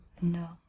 no